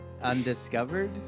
Undiscovered